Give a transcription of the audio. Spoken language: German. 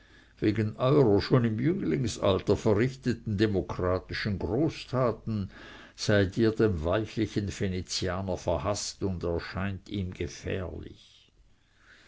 wegen eurer schon im jünglingsalter verrichteten demokratischen großtaten seid ihr dem weichlichen venezianer verhaßt und erscheint ihm gefährlich